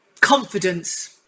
Confidence